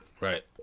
Right